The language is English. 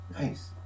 Nice